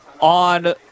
on